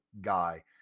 guy